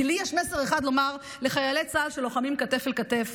כי לי יש מסר אחד לומר לחיילי צה"ל שלוחמים כתף אל כתף